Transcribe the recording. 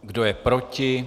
Kdo je proti?